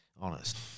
honest